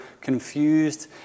confused